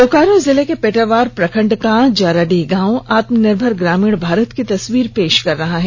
बोकारो जिले के पेटरवार प्रखंड का जाराडीह गांव आत्मनिर्भर ग्रामीण भारत की तस्वीर पेश कर रहा है